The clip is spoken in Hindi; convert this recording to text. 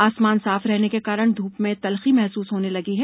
आसमान साफ रहने के कारण ध्रप में तल्खी महसूस होने लगी है